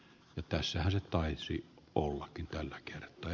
nyt tässähän se taisi olla kykyä näkevät ed